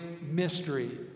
mystery